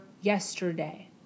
yesterday